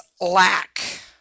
lack